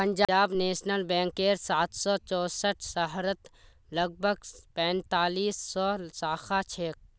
Punjab national बैंकेर सात सौ चौसठ शहरत लगभग पैंतालीस सौ शाखा छेक